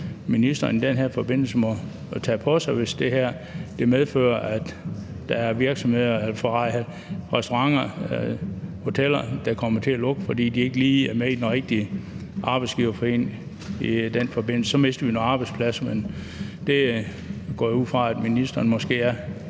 på sig i den her forbindelse, hvis det her medfører, at der er virksomheder – restauranter og hoteller – der kommer til at lukke, fordi de ikke lige er med i den rigtige arbejdsgiverforening i den forbindelse. Så mister vi nogle arbejdspladser, men det går jeg ud fra at ministeren er